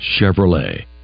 Chevrolet